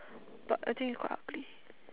but I think it's quite ugly